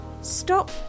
Stop